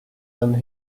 when